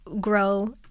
grow